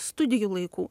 studijų laikų